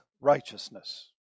righteousness